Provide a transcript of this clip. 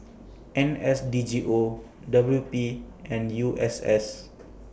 N S D G O W P and U S S